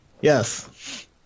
Yes